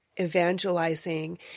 Evangelizing